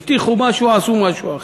הבטיחו משהו, עשו משהו אחר.